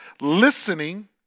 listening